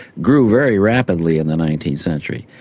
grew very rapidly in the nineteenth century.